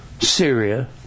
Syria